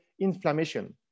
inflammation